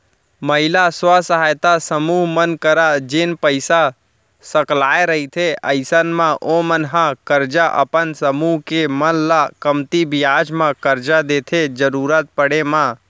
महिला स्व सहायता समूह मन करा जेन पइसा सकलाय रहिथे अइसन म ओमन ह करजा अपन समूह के मन ल कमती बियाज म करजा देथे जरुरत पड़े म